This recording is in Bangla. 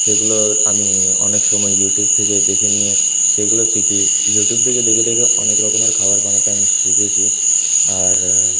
সেগুলো আমি অনেক সময় ইউটিউব থেকে দেখে নিয়ে সেগুলো শিখি ইউটিউব থেকে দেখে দেখে অনেক রকমের খাবার বানাতে আমি শিখেছি আর